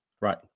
Right